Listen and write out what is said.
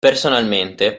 personalmente